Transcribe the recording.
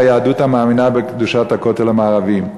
היהדות המאמינה בקדושת הכותל המערבי.